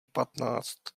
patnáct